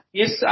yes